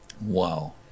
Wow